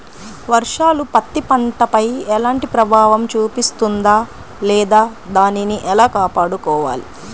వర్షాలు పత్తి పంటపై ఎలాంటి ప్రభావం చూపిస్తుంద లేదా దానిని ఎలా కాపాడుకోవాలి?